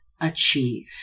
achieve